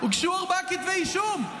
הוגשו ארבעה כתבי אישום.